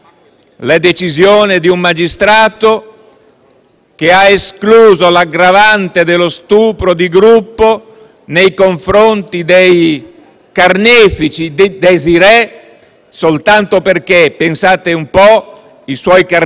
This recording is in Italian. che ha escluso l'aggravante dello stupro di gruppo nei confronti dei carnefici di Desirée, soltanto perché - pensate un po' - i suoi carnefici, dopo averla resa incapace di